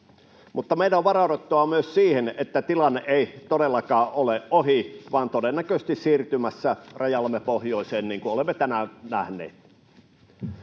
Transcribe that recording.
Mutta meidän on varauduttava myös siihen, että tilanne ei todellakaan ole ohi vaan todennäköisesti siirtymässä rajallamme pohjoiseen, niin kuin olemme tänään nähneet.